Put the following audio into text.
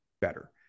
better